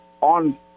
on